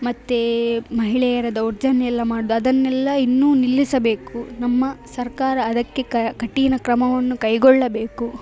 ಮತ್ತೆ ಮಹಿಳೆಯರ ದೌರ್ಜನ್ಯ ಎಲ್ಲ ಮಾಡುದು ಅದೆನ್ನೆಲ್ಲ ಇನ್ನೂ ನಿಲ್ಲಿಸಬೇಕು ನಮ್ಮ ಸರ್ಕಾರ ಅದಕ್ಕೆ ಕಠಿಣ ಕ್ರಮವನ್ನು ಕೈಗೊಳ್ಳಬೇಕು